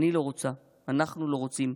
אני לא רוצה, אנחנו לא רוצים,